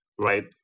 right